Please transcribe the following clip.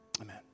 Amen